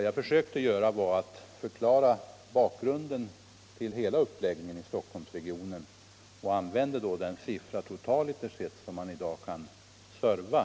Jag försökte förklara bakgrunden till hela uppläggningen av pendeltrafiken i Stockholmsregionen, och jag nämnde då det antal resande, totaliter sett, som man i dag kan serva.